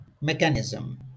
mechanism